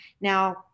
Now